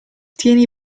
tieni